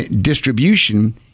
distribution